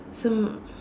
so